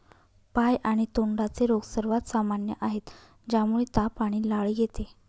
पाय आणि तोंडाचे रोग सर्वात सामान्य आहेत, ज्यामुळे ताप आणि लाळ येते